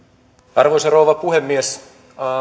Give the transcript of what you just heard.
arvoisa rouva puhemies